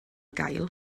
gael